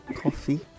coffee